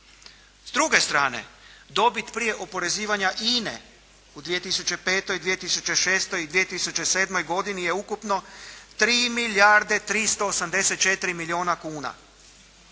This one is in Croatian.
S druge strane, dobit prije oporezivanja INA-e u 2005., 2006. i 2007. godini je ukupno 3 milijarde 384 milijuna kuna.